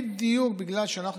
בדיוק בגלל שאנחנו